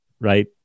right